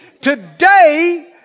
Today